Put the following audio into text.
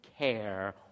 care